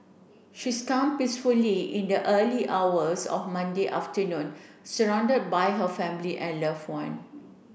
she peacefully in the early hours of Monday afternoon surrounded by her family and loved one